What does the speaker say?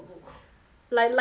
like like your batch